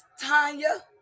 Tanya